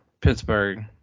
Pittsburgh